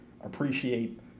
appreciate